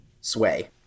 sway